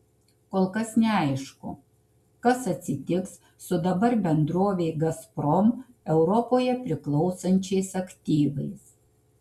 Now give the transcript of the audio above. kol kas neaišku kas atsitiks su dabar bendrovei gazprom europoje priklausančiais aktyvais